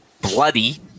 bloody